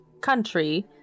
country